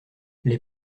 les